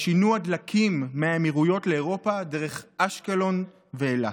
לשינוע דלקים מהאמירויות לאירופה דרך אשקלון ואילת.